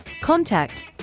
Contact